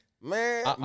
Man